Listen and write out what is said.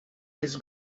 his